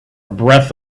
breath